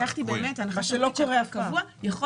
לקחתי הנחה ש --- בפועל שלא קורה אף פעם.